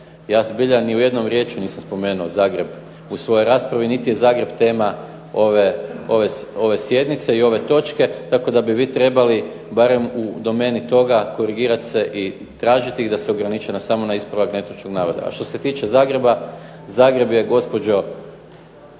Ja zbilja ni jednom riječju nisam spomenuo Zagreb u svojoj raspravi, niti je Zagreb tema ove sjednice i ove točke, tako da bi vi trebali barem u domeni toga korigirati se i tražiti ih da se ograniče samo na ispravak netočnog navoda. A što se tiče Zagreba, Zagreb je gospođo